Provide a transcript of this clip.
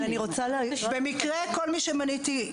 במקרה כל מי שמניתי,